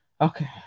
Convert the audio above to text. Okay